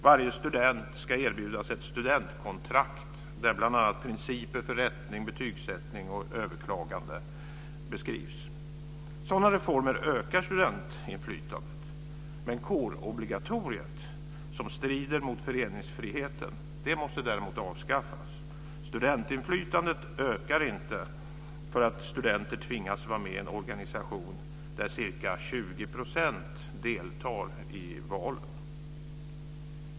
Varje student ska erbjudas ett studentkontrakt, där bl.a. principer för rättning, betygssättning och överklagande beskrivs. Sådana reformer ökar studentinflytandet. Kårobligatoriet, som strider mot föreningsfriheten, måste däremot avskaffas. Studentinflytandet ökar inte för att studenter tvingas vara med i en organisation där ca 20 % deltar i valen.